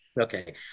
Okay